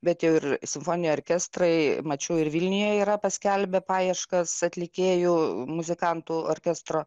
bet jau ir simfoniniai orkestrai mačiau ir vilniuje yra paskelbę paieškas atlikėjų muzikantų orkestro